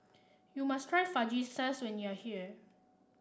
you must try Fajitas when you are here